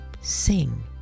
sing